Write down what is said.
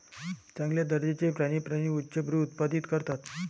चांगल्या दर्जाचे प्राणी प्राणी उच्चभ्रू उत्पादित करतात